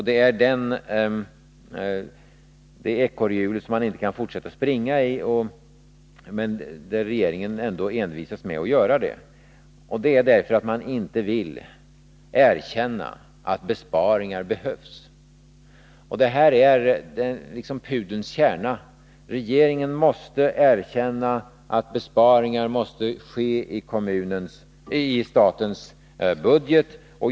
Det är det ekorrhjul som man inte kan fortsätta att springa i — något som regeringen ändå envisas med att göra. Det är för att man inte vill erkänna att besparingar behövs. Det här är liksom pudelns kärna: regeringen måste erkänna att besparingar måste ske i statens budget.